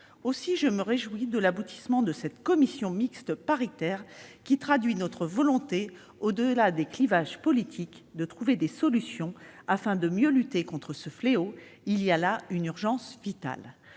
Aussi, je me réjouis de l'aboutissement de cette commission mixte paritaire, qui traduit notre volonté, au-delà des clivages politiques, de trouver des solutions afin de mieux lutter contre ce fléau. C'est aussi grâce à